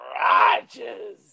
Rodgers